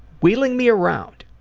wheeling me around,